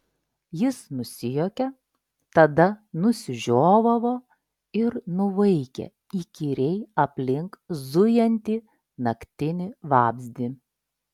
jis nusijuokė tada nusižiovavo ir nuvaikė įkyriai aplink zujantį naktinį vabzdį